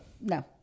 No